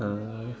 uh